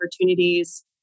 opportunities